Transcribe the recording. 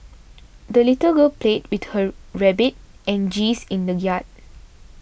the little girl played with her rabbit and geese in the yard